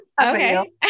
Okay